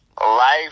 life